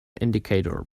indicator